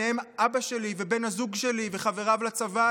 ובהם אבא שלי ובן הזוג שלי וחבריו לצבא,